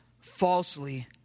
falsely